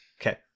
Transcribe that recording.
Okay